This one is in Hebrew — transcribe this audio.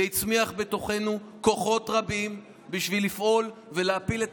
זה הצמיח בתוכנו כוחות רבים בשביל לפעול ולהפיל את